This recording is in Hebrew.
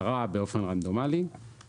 הצהרות היבואנים שמוגשות דרך המערכת שלנו.